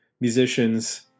musicians